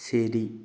ശരി